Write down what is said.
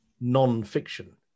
Non-fiction